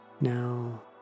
Now